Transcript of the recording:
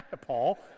Paul